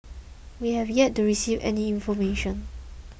we have yet to receive any information